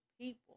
people